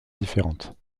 différente